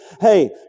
Hey